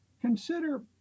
consider